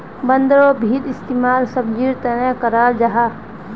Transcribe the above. बन्द्गोभीर इस्तेमाल सब्जिर तने कराल जाहा